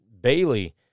Bailey